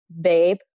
babe